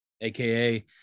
AKA